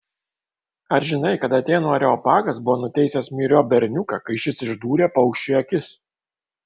ar žinai kad atėnų areopagas buvo nuteisęs myriop berniuką kai šis išdūrė paukščiui akis